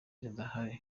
zidahari